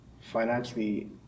financially